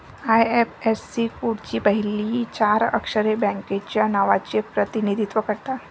IFSC कोडची पहिली चार अक्षरे बँकेच्या नावाचे प्रतिनिधित्व करतात